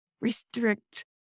restrict